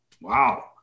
wow